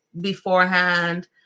beforehand